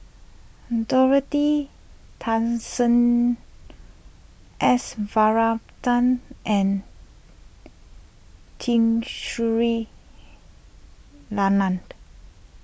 Dorothy Tessensohn S Varathan and Tun Sri Lanang